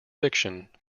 fiction